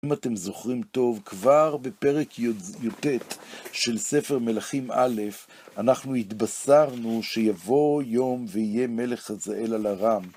אם אתם זוכרים טוב, כבר בפרק י"ט של ספר מלכים א', אנחנו התבשרנו שיבוא יום ויהיה מלך חזאל על ארם.